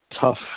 tough